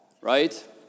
right